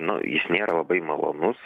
nu jis nėra labai malonus